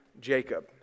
Jacob